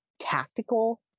tactical